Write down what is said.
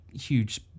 huge